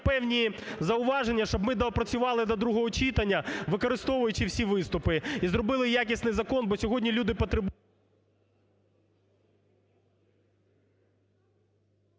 певні зауваження, щоб ми доопрацювали до другого читання, використовуючи всі виступи, і зробили якісний закон, бо сьогодні люди потребують...